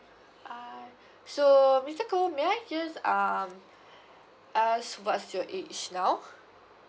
I so mister koh may I just um ask what's your age now